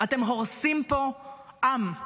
אתם הורסים פה עם.